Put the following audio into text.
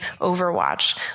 Overwatch